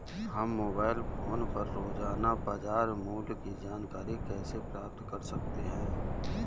हम mobile phone पर रोजाना बाजार मूल्य की जानकारी कैसे प्राप्त कर सकते हैं?